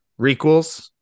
requels